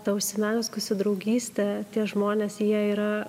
ta užsimezgusi draugystė tie žmonės jie yra